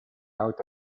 out